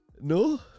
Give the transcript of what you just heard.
No